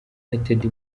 united